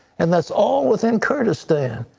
and that's all within kyrgyzstan.